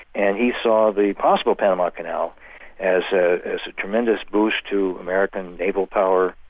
and he saw the possible panama canal as ah as a tremendous boost to american naval power,